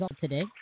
today